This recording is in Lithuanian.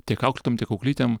tiek auklėtojom tiek auklytėm